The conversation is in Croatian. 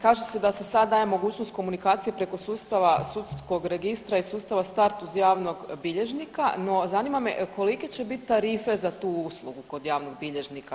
Kaže se da se sad daje mogućnost komunikacije preko sustava sudskog registra i sustava START uz javnog bilježnika, no zanima me kolike će biti tarife za tu uslugu kod javnog bilježnika.